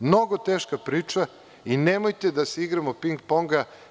Mnogo teška priča i nemojte da se igramo ping ponga.